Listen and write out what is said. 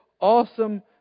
awesome